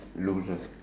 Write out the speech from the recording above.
loser